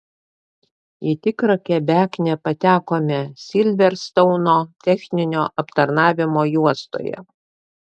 į tikrą kebeknę patekome silverstouno techninio aptarnavimo juostoje